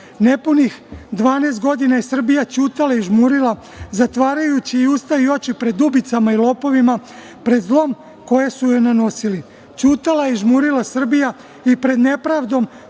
Nepunih 12 godina je Srbija ćutala i žmurila zatvarajući i usta i oči pred ubicama i lopovima, pred zlom koje su joj nanosili. Ćutala i žmurila Srbija i pred nepravdom